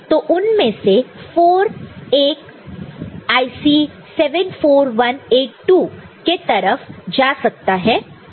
तो उनमें से 4 एक IC 74182 के तरफ जा सकता है